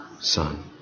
son